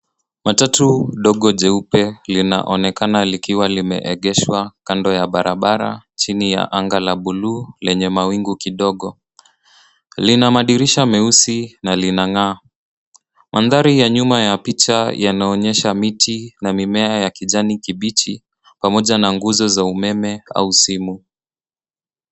Matatu dogo jeupe linaonekana likiwa limeegeshwa kando ya barabara chini ya anga la buluu lenye mawingu kidogo. Lina madirisha meusi na linang'aa. Mandhari ya picha yanaonyesha miti na mimea ya kijani kibichi pamoja na nguzo za umeme au simu.